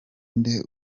nde